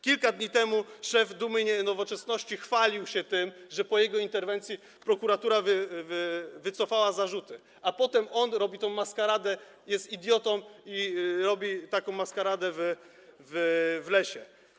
Kilka dni temu szef Dumy i Nowoczesności chwalił się tym, że po jego interwencji prokuratura wycofała zarzuty, a potem on robi tę maskaradę, jest idiotą i robi tę maskaradę w lesie.